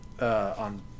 on